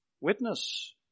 Witness